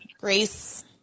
Grace –